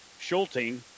Schulting